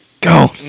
Go